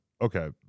okay